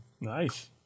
nice